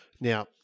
Now